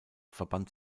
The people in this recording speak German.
verband